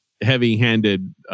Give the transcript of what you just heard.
heavy-handed